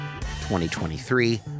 2023